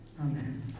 Amen